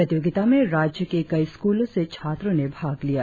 प्रतियोगिता में राज्य के कई स्कूलो से छात्रों ने भाग लिया